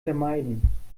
vermeiden